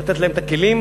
לתת להם את הכלים,